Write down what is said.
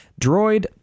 droid